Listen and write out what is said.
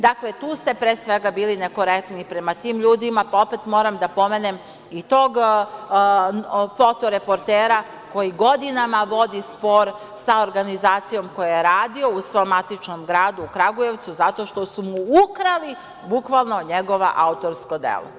Dakle, tu ste pre svega bili nekorektni prema tim ljudima, pa opet moram da pomenem i tog fotoreportera koji godinama vodi spor sa organizacijom u kojoj radi, u svom matičnom gradu u Kragujevcu, zato što su mu ukrali njegovo autorsko delo.